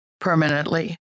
permanently